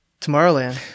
Tomorrowland